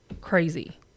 crazy